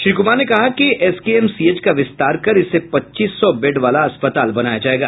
श्री कुमार ने कहा कि एसकेएमसीएच का विस्तार कर इसे पच्चीस सौ बेड वाला अस्पताल बनाया जायेगा